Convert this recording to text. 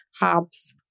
hubs